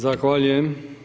Zahvaljujem.